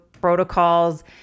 protocols